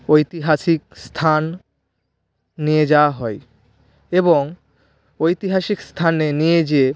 ঐতিহাসিক স্থানে নিয়ে যাওয়া হয় এবং ঐতিহাসিক স্থানে নিয়ে যেয়ে